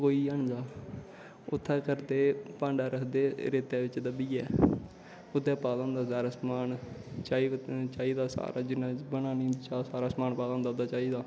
फकोई जन जा उत्थे केह् करदे भांडा रखदे रेतै च दब्बियै ओह्दै च पादा होंदा सारा समान चाही दा सारा जिन्नी बनानी होंदा च्हा सारा समान पादा होंदा चाही दा